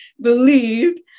believed